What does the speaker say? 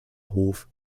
hof